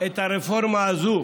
את הרפורמה הזאת